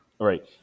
Right